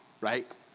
right